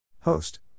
Host